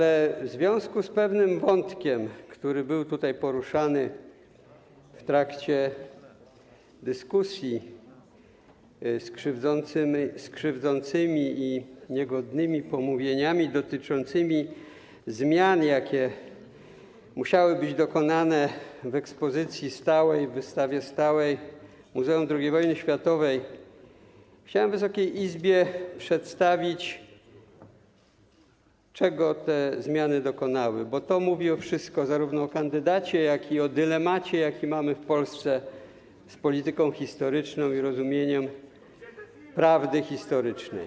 Jednak w związku z pewnym wątkiem, który był tutaj poruszany w trakcie dyskusji, z krzywdzącymi i niegodnymi pomówieniami dotyczącymi zmian, jakie musiały być dokonane w ekspozycji stałej Muzeum II Wojny Światowej, chciałem Wysokiej Izbie przedstawić, czego te zmiany dotyczyły, gdyż to mówi wszystko zarówno o kandydacie, jak i o dylemacie, jaki mamy w Polsce z polityką historyczną i rozumieniem prawdy historycznej.